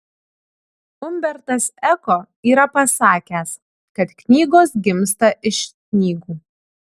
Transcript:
umbertas eko yra pasakęs kad knygos gimsta iš knygų